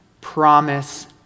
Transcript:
promise